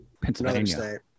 Pennsylvania